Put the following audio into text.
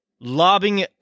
lobbing